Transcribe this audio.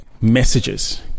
messages